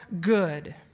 good